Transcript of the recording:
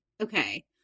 Okay